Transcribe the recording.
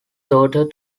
daughter